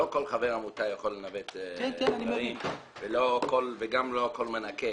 לא כל חבר עמותה יכול לנווט וגם לא כל מנקה.